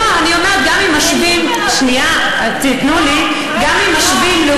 לא, אני אומרת, גם אם משווים, שנייה.